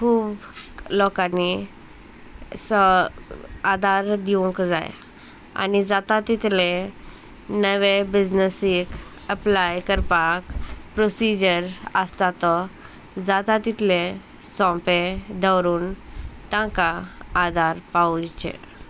खूब लोकांनी स आदार दिवंक जाय आनी जाता तितलें नवे बिजनसीक अप्लाय करपाक प्रोसिजर आसता तो जाता तितलें सोंपें दवरून तांकां आदार पावोचें